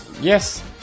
yes